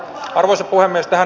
arvoisa puhemies